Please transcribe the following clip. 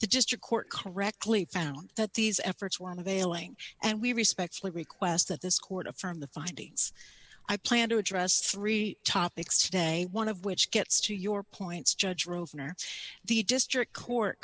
district court correctly found that these efforts were on availing and we respectfully request that this court affirm the findings i plan to address three topics today one of which gets to your points judge ruled in or the district court